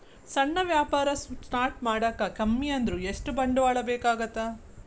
ಸಣ್ಣ ವ್ಯಾಪಾರ ಸ್ಟಾರ್ಟ್ ಮಾಡಾಕ ಕಮ್ಮಿ ಅಂದ್ರು ಎಷ್ಟ ಬಂಡವಾಳ ಬೇಕಾಗತ್ತಾ